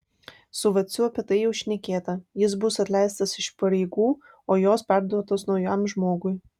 su vaciu apie tai jau šnekėta jis bus atleistas iš pareigų o jos perduotos naujam žmogui